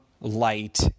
light